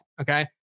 Okay